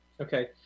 Okay